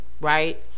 right